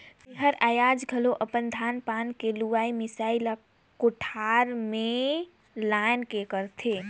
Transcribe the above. तेहर आयाज घलो अपन धान पान के लुवई मिसई ला कोठार में लान के करथे